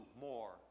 more